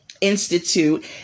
Institute